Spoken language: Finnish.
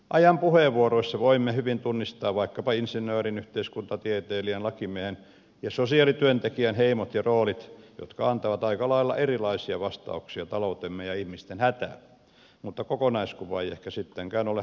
ajan puheenvuoroissa voimme hyvin tunnistaa vaikkapa insinöörin yhteiskuntatieteilijän lakimiehen ja sosiaalityöntekijän heimot ja roolit jotka antavat aika lailla erilaisia vastauksia taloutemme ja ihmisten hätään mutta kokonaiskuva ei ehkä sittenkään ole hallinnassa